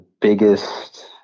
biggest